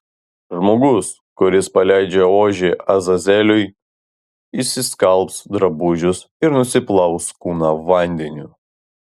žmogus kuris paleidžia ožį azazeliui išsiskalbs drabužius ir nusiplaus kūną vandeniu